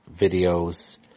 videos